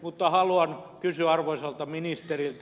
mutta haluan kysyä arvoisalta ministeriltä